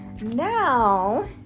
now